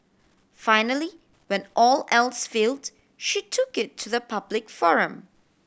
finally when all else failed she took it to the public forum